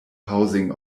housing